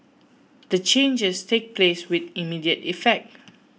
the changes take place with immediate effect